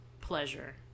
pleasure